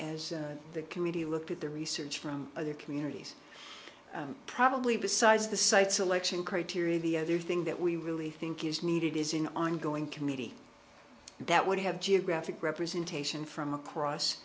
as the committee looked at the research from other communities probably besides the site selection criteria the other thing that we really think is needed is an ongoing committee that would have geographic representation from across